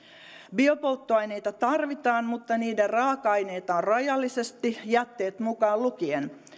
biopolttoaineita tarvitaan mutta niiden raaka aineita on rajallisesti jätteet mukaan lukien